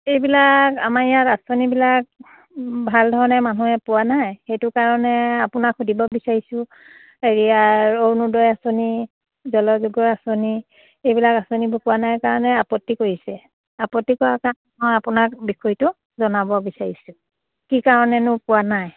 এইবিলাক আমাৰ ইয়াত আঁচনিবিলাক ভাল ধৰণে মানুহে পোৱা নাই সেইটো কাৰণে আপোনাক সুধিব বিচাৰিছোঁ হেৰিয় অৰুণোদয় আঁচনি জলযোগৰ আঁচনি এইবিলাক আঁচনিবোৰ পোৱা নাই কাৰণে আপত্তি কৰিছে আপত্তি কৰা কাৰণে মই আপোনাক বিষয়টো জনাব বিচাৰিছো কি কাৰণেনো পোৱা নাই